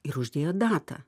ir uždėjo datą